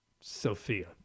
Sophia